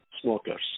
smokers